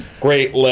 Great